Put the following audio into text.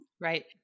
Right